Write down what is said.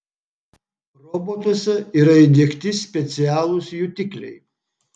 robotuose yra įdiegti specialūs jutikliai